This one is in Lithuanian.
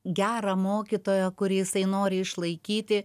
gerą mokytoją kurį jisai nori išlaikyti